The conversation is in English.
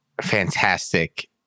fantastic